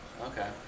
okay